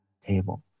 table